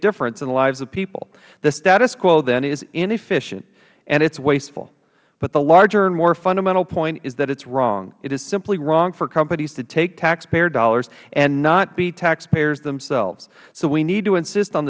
difference in the lives of people the status quo then is inefficient and it is wasteful but the larger and more fundamental point is that it is wrong it is simply wrong for companies to take taxpayer dollars and not be taxpayers themselves so we need to insist on